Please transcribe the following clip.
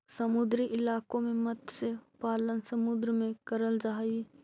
समुद्री इलाकों में मत्स्य पालन समुद्र में करल जा हई